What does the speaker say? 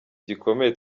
gikomeye